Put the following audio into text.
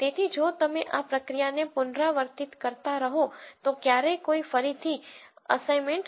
તેથી જો તમે આ પ્રક્રિયાને પુનરાવર્તિત કરતા રહો તો ક્યારેય કોઈ ફરીથી અસાઇનમેન્ટ નહીં થાય